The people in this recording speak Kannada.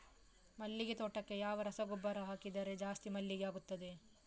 ಮಲ್ಲಿಗೆ ತೋಟಕ್ಕೆ ಯಾವ ರಸಗೊಬ್ಬರ ಹಾಕಿದರೆ ಜಾಸ್ತಿ ಮಲ್ಲಿಗೆ ಆಗುತ್ತದೆ?